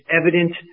evident